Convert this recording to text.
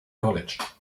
college